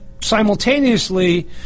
simultaneously